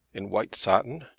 in white satin?